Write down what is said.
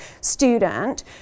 student